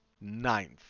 ninth